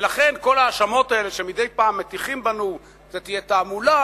ולכן כל ההאשמות האלה שמדי פעם מטיחים בנו: זה תהיה תעמולה,